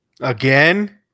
again